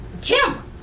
Jim